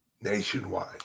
nationwide